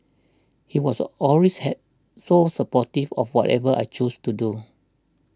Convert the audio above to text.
he was always had so supportive of whatever I chose to do